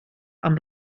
amb